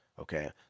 Okay